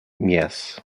yes